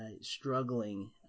struggling